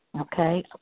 Okay